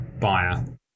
buyer